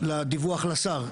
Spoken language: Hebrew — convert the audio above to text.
לדיווח לשר,